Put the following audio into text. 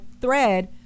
thread